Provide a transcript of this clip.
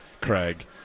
Craig